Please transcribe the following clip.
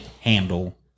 handle